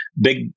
big